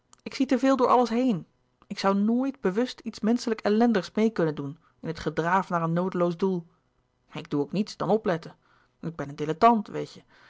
ik zie te veel door alles heen ik zoû nooit bewust iets menschelijk ellendigs meê kunnen doen in het gedraaf naar een noodeloos doel ik doe ook niets dan opletten ik ben een dilettant weet je